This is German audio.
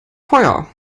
feuer